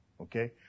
okay